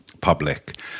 public